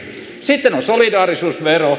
sitten on solidaarisuusvero